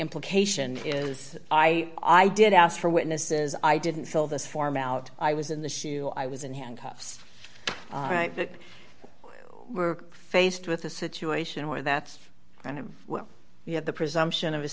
implication is i i did ask for witnesses i didn't fill this form out i was in the shoe i was in handcuffs right that we're faced with a situation where that's going to be at the presumption of